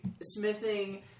smithing